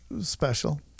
special